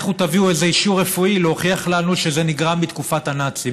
לכו תביאו איזה אישור רפואי להוכיח לנו שזה נגרם מתקופת הנאצים.